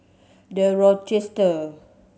The Rochester